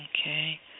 Okay